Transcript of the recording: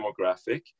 demographic